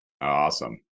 Awesome